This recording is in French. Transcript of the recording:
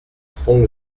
fond